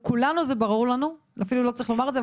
כולנו זה ברור לנו, אפילו לא צריך לומר את זה.